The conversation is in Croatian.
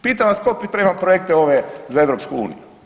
Pitam vas, tko priprema projekte ove za EU?